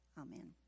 Amen